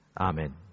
Amen